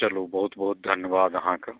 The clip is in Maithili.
चलूँ बहुत बहुत धन्यवाद अहाँके